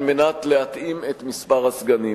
על מנת להתאים את מספר הסגנים.